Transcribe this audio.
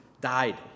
died